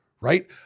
right